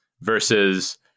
versus